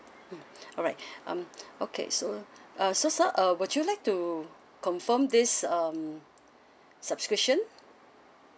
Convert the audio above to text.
mm alright um okay so uh so sir uh would you like to confirm this um subscription